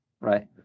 right